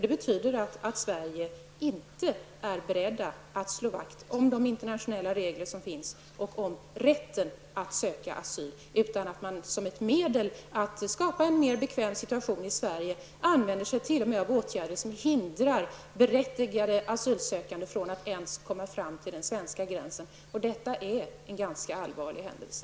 Det betyder att Sverige inte är berett att slå vakt om de internationella reglerna och om rätten att söka asyl. Som ett medel att skapa en bekvämare situation i Sverige använder man sig t.o.m. av åtgärder som hindrar berättigade asylsökande från att ens komma fram till den svenska gränsen. Detta är en ganska allvarlig händelse.